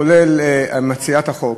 כולל מציעת החוק,